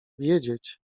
wiedzieć